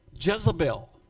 Jezebel